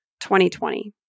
2020